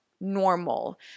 normal